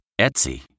Etsy